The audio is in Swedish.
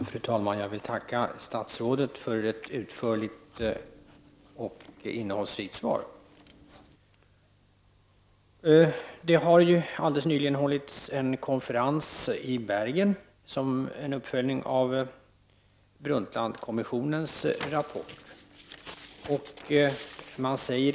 Fru talman! Jag vill tacka statsrådet för ett utförligt och innehållsrikt svar. Det har alldeles nyligen hållits en konferens i Bergen som en uppföljning av Brundtlandkommissionens rapport.